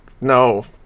no